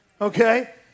okay